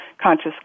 conscious